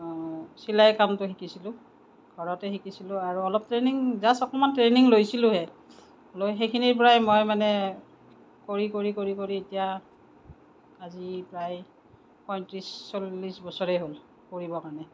চিলাই কামতো শিকিছিলোঁ ঘৰতে শিকিছিলোঁ আৰু অলপ ট্ৰেইনিং জাষ্ট অকণমান ট্ৰেইনিং লৈছিলোহে লৈ সেইখিনিৰ পৰাই মই মানে কৰি কৰি কৰি কৰি এতিয়া আজি প্ৰায় পঁয়ত্ৰিছ চল্লিছ বছৰেই হ'ল কৰিবৰ কাৰণে